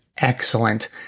excellent